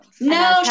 No